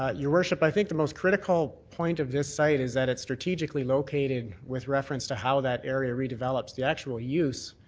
ah your worship, i think the most critical point of this site is that it's strategically located with reference to how that area redevelops. the actual use